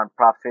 nonprofit